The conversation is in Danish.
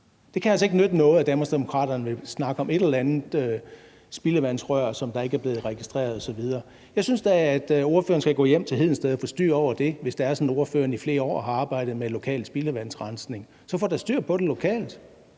Det kan altså ikke nytte noget, at Danmarksdemokraterne vil snakke om et eller andet spildevandsrør, som ikke er blevet registreret osv. Jeg synes da, at ordføreren skal gå hjem til Hedensted og få styr på det, hvis det er sådan, at ordføreren i flere år har arbejdet med lokal spildevandsrensning. Så få da styr på det lokalt.